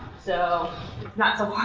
so it's not so